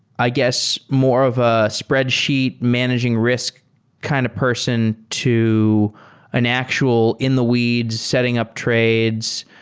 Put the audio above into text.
i guess, more of a spreadsheet managing risk kind of person to an actual in-the-weeds setting up trades,